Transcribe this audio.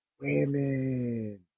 Women